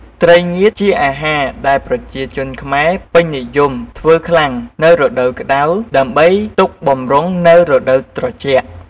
ត្រីងៀតជាអាហារដែលប្រជាជនខ្មែរពេញនិយមធ្ចើខ្លាំងនៅរដូវក្ដៅដើម្បីទុកបម្រុងនៅរដូវត្រជាក់។